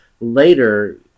later